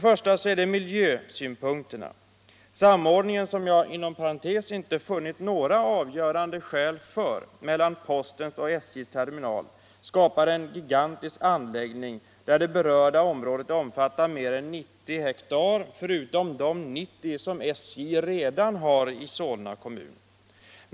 Först är det miljösynpunkterna. Samordningen — som jag inom parentes sagt inte funnit några avgörande skäl för — mellan postens och SJ:s terminal skapar en gigantisk anläggning där det berörda området omfattar mer än 90 hektar, förutom de ca 90 som SJ redan har i Solna kommun.